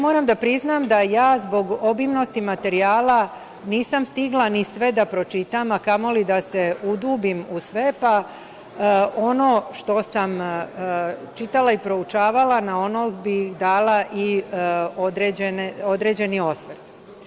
Moram da priznam da ja zbog obimnosti materijala nisam stigla ni sve da pročitam a kamoli da se udubim u sve, pa ono što sam čitala i proučavala na to bih dala i određeni osvrt.